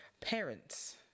Parents